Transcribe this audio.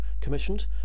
commissioned